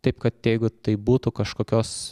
taip kad jeigu tai būtų kažkokios